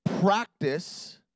practice